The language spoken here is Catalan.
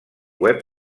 web